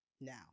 Now